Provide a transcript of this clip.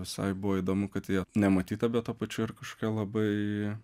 visai buvo įdomu kad jie nematyta bet tuo pačiu ir kažkokia labai